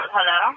Hello